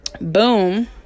Boom